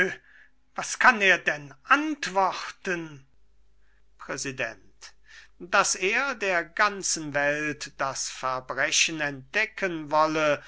was kann er denn antworten präsident daß er der ganzen welt das verbrechen entdecken wolle